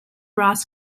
ross